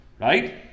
Right